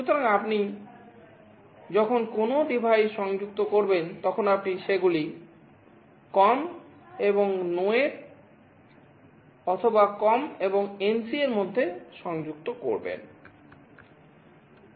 সুতরাং আপনি যখন কোনও ডিভাইস সংযুক্ত করবেন তখন আপনি সেগুলি COM এবং NO এর মধ্যে অথবা COM এবং NC এর মধ্যে সংযুক্ত করবেন